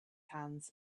hands